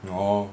orh